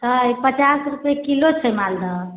तऽ पचास रूपआ किलो छै मालदह